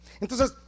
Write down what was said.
Entonces